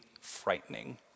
frightening